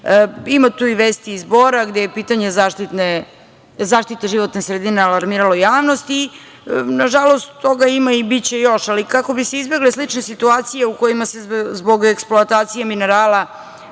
Ima tu i vesti iz Bora, gde je pitanje zaštite životne sredine alarmiralo javnost. Nažalost, toga ima i biće još. Ali, kako bi se izbegle slične situacije u kojima se zbog eksploatacije minerala